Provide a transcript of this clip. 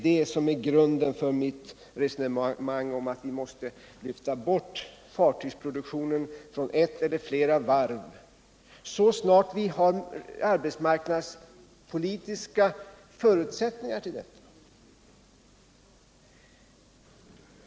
Det är grunden för mitt resonemang om att vi måste lyfta bort fartygsproduktionen från ett eller flera varv så snart vi har arbetsmarknadspolitiska förutsättningar härför.